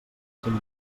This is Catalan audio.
cinc